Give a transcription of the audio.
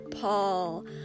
Paul